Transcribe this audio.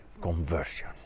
conversion